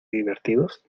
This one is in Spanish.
divertidos